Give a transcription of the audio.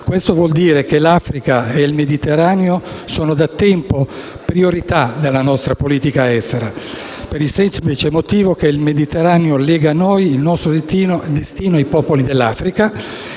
Questo vuol dire che l'Africa e il Mediterraneo sono da tempo priorità nella nostra politica estera, per il semplice motivo che il Mediterraneo lega noi, il nostro destino, ai destini dei popoli dell'Africa